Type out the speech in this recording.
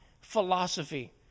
philosophy